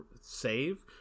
save